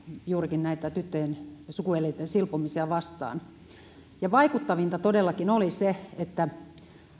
juurikin tyttöjen sukuelinten silpomisia vastaan niin vaikuttavinta todellakin oli se että